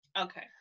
Okay